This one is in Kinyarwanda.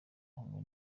hamwe